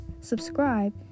subscribe